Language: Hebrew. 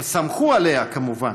הם שמחו עליה, כמובן,